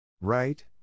Right